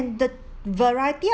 the variety of